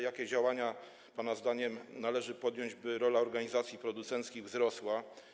Jakie działania pana zdaniem należy podjąć, by rola organizacji producenckich wzrosła?